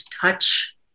touch